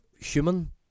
human